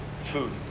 food